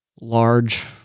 large